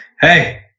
hey